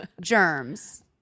Germs